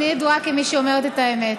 אני ידועה כמי שאומרת את האמת.